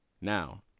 Now